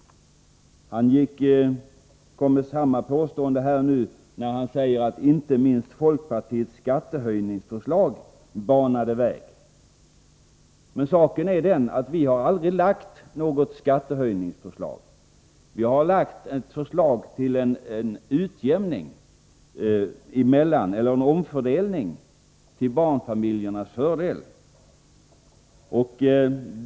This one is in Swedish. Han kom med samma påstående här nyss, då han påstod att inte minst folkpartiets skattehöjningsförslag banade vägen. Men saken är den att vi aldrig har framlagt något skattehöjningsförslag. Vi har lagt fram ett förslag till en utjämning eller omfördelning till barnfamiljernas fördel.